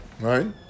Right